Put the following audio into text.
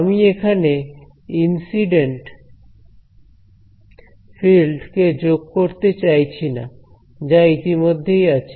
আমি এখানে incident field কে যোগ করতে চাইছি না যা ইতিমধ্যেই আছে